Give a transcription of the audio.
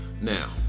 now